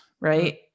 right